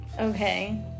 Okay